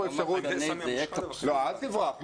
אל תברח.